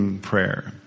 prayer